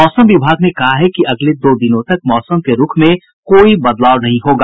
मौसम विभाग ने कहा है कि अगले दो दिनों तक मौसम के रूख में कोई बदलाव नहीं होगा